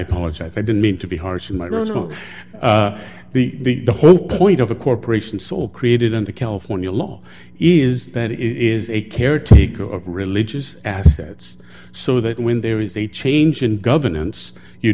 apologize i didn't mean to be harsh in my rose of the the whole point of a corporation so created under california law is that it is a caretaker of religious assets so that when there is a change in governance you